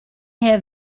have